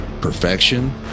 perfection